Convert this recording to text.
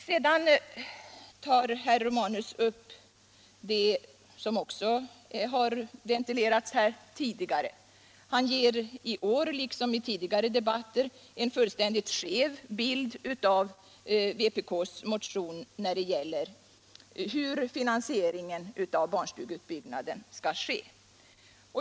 Sedan tog herr Romanus upp en annan fråga som även den ventilerats tidigare här i riksdagen. Han ger i år liksom i tidigare debatter en fullständigt skev bild av vpk:s motion i vad avser finansieringen av barnstugeutbyggnaden.